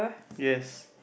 yes